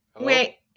wait